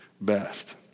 best